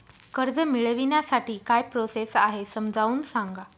कर्ज मिळविण्यासाठी काय प्रोसेस आहे समजावून सांगा